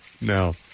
No